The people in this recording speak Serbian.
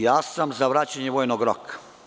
Ja sam za vraćanje vojnog roka.